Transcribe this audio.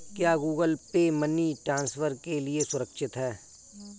क्या Google Pay money transfer के लिए सुरक्षित है?